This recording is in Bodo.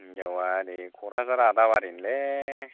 हिन्जावा ओरै क'क्राझार आदाबारिनिलै